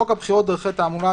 14. בחוק הבחירות (דרכי תעמולה),